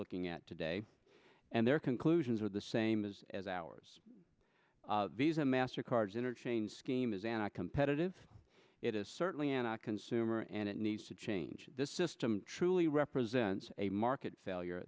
looking at today and their conclusions are the same as as ours a master cards interchange scheme is an a competitive it is certainly an odd consumer and it needs to change this system truly represents a market failure